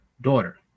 daughter